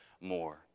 more